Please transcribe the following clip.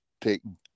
taking